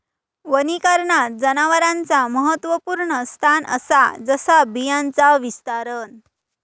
वनीकरणात जनावरांचा महत्त्वपुर्ण स्थान असा जसा बियांचा विस्तारण